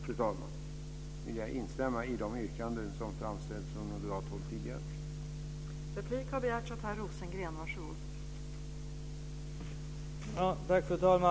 Med detta vill jag instämma i de yrkanden som framställts tidigare från moderat håll.